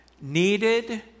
needed